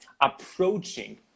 approaching